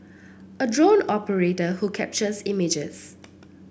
a drone operator who captures images